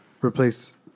replace